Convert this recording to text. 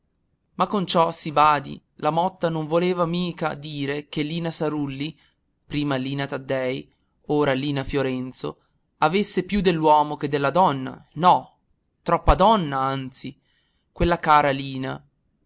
ma con ciò si badi la motta non voleva mica dire che lina sarulli prima lina taddei ora lina fiorenzo avesse più dell'uomo che della donna no troppo donna anzi quella cara lina